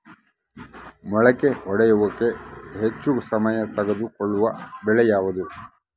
ಮೊಳಕೆ ಒಡೆಯುವಿಕೆಗೆ ಹೆಚ್ಚು ಸಮಯ ತೆಗೆದುಕೊಳ್ಳುವ ಬೆಳೆ ಯಾವುದು?